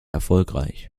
erfolgreich